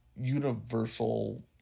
universal